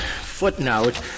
footnote